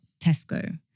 Tesco